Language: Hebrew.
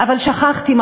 אבל שכחתי,